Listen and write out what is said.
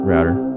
Router